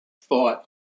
thought